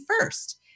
first